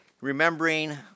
remembering